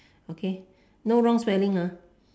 okay no wrong spelling